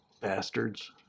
Bastards